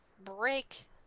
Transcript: break